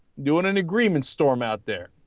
doing an agreement storm out there